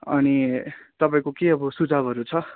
अनि तपाईँको के अब सुझाउहरू छ